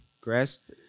grasp